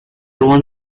one